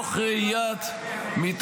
עכשיו שכנעתי אותי להצביע נגד.